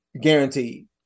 guaranteed